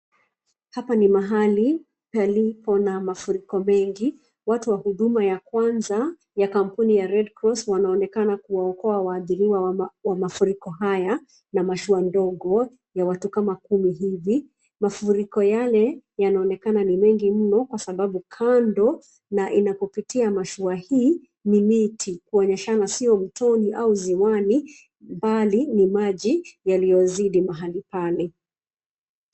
Hapa ni mahali palipo na mafuriko mengi, watu wa huduma ya kwanza ya kampuni ya red cross wanaonekana kuwaokoa waathiriwa wa mafuriko haya na mashua ndogo ya watu kama kumi hivi. Mafuriko yale yanaonekana ni mengi mno kwa sababu kando na inapopitia mashua hii ni miti kuonyeshana sio mtoni au ziwani bali ni maji yaliyozidi mahali pale.